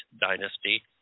dynasty